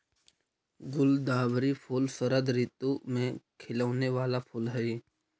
गुलदावरी फूल शरद ऋतु में खिलौने वाला फूल हई